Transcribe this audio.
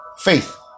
Faith